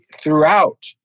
throughout